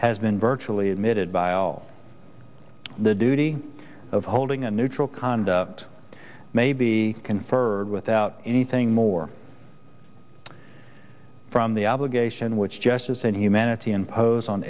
has been virtually admitted by all the duty of holding a neutral conduct may be conferred without anything more from the obligation which justice and humanity imposes on